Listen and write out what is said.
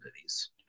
movies